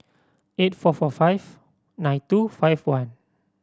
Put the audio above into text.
eight four four five nine two five one